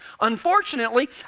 Unfortunately